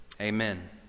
Amen